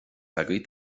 agaibh